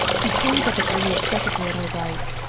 he turns up at every second word i write.